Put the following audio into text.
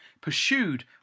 pursued